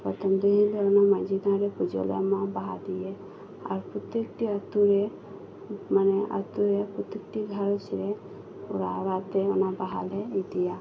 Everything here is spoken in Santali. ᱯᱨᱚᱛᱷᱚᱢ ᱫᱤᱱ ᱢᱟᱺᱡᱷᱤ ᱛᱷᱟᱱᱨᱮ ᱯᱩᱡᱟᱹᱞᱮ ᱮᱢᱟ ᱵᱟᱦᱟ ᱫᱤᱭᱮ ᱟᱨ ᱯᱨᱚᱛᱛᱮᱠᱴᱤ ᱟᱛᱳᱨᱮ ᱢᱟᱱᱮ ᱟᱛᱳᱨᱮ ᱯᱨᱚᱛᱛᱮᱠᱴᱤ ᱜᱷᱟᱨᱚᱸᱡᱽ ᱨᱮ ᱚᱲᱟᱜ ᱚᱲᱟᱜ ᱛᱮ ᱚᱱᱟ ᱵᱟᱦᱟᱞᱮ ᱤᱫᱤᱭᱟ